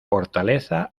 fortaleza